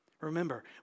Remember